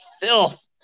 filth